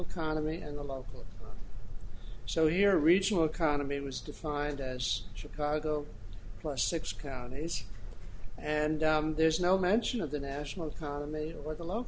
economy and the local so your regional economy was defined as chicago plus six counties and there's no mention of the national economy or the lo